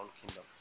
kingdom